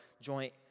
joint